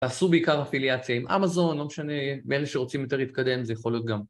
תעשו בעיקר אפיליאציה עם אמזון, לא משנה, מאלה שרוצים יותר להתקדם זה יכול להיות גם.